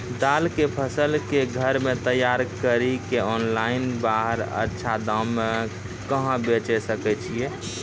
दाल के फसल के घर मे तैयार कड़ी के ऑनलाइन बाहर अच्छा दाम मे कहाँ बेचे सकय छियै?